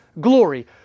glory